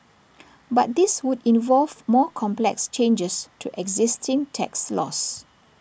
but this would involve more complex changes to existing tax laws